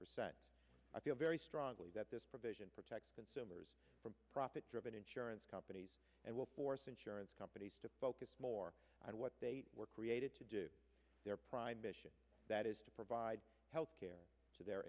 percent i feel very strongly that this provision protect consumers from profit driven insurance companies and will force insurance companies to focus more on what they were created to do their prime mission that is to provide health care to their